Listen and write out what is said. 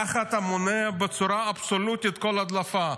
ככה אתה מונע בצורה אבסולוטית כל הדלפה.